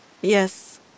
Yes